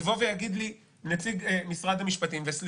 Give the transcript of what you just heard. יבוא ויגיד לי נציג משרד המשפטים, אנחנו